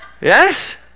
Yes